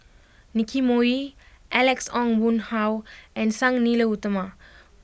Nicky Moey Alex Ong Boon Hau and Sang Nila Utama